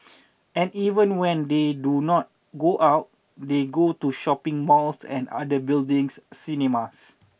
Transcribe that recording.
and even when they do not go out they go to shopping malls and other buildings cinemas